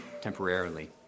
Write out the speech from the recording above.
temporarily